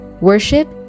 Worship